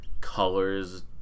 colors